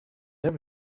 that